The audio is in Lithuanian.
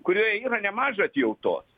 kurioje yra nemaža atjautos